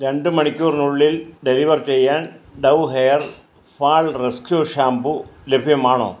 രണ്ട് മണിക്കൂറിനുള്ളിൽ ഡെലിവർ ചെയ്യാൻ Dove hair fall rescue shampoo ലഭ്യമാണോ